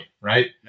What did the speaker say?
right